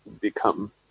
become